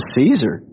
Caesar